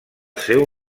seu